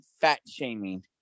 fat-shaming